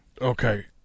Okay